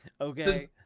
Okay